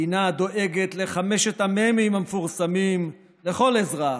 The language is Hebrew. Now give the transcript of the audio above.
מדינה הדואגת לחמש המ"מים המפורסמות לכל אזרח,